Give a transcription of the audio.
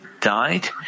died